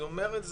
אני אומר את זה,